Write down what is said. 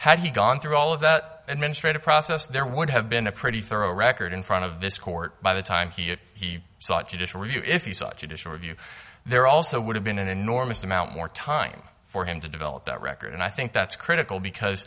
had he gone through all of that administrative process there would have been a pretty thorough record in front of this court by the time he sought judicial review if you saw judicial review there also would have been an enormous amount more time for him to develop that record and i think that's critical because